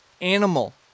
animal